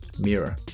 Mirror